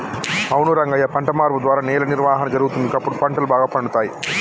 అవును రంగయ్య పంట మార్పు ద్వారా నేల నిర్వహణ జరుగుతుంది, గప్పుడు పంటలు బాగా పండుతాయి